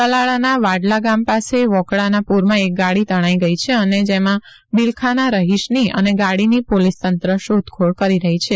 તલાળાના વાડલા ગામ પાસે વોકળાના પુરમાં એક ગાડી તણાઈ ગઈ છે જેમાં બીલખાના રઠીશની અને ગાડીની પોલીસ તંત્ર શોધખોળ કરી રહી છે